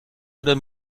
oder